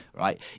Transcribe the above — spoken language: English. right